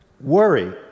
Worry